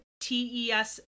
TES